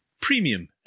premium